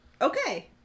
Okay